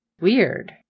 weird